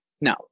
No